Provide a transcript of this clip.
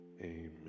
amen